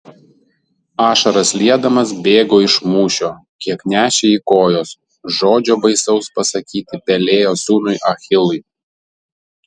ašaras liedamas bėgo iš mūšio kiek nešė jį kojos žodžio baisaus pasakyti pelėjo sūnui achilui